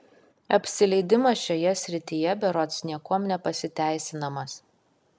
apsileidimas šioje srityje berods niekuom nepasiteisinamas